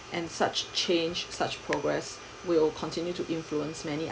and such change such progress will continue to influence many